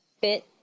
fit